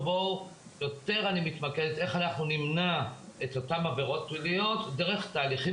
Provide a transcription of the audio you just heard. יותר אני מתמקדת איך אנחנו נמנע את אותן עבירות פליליות דרך תהליכים